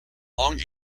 long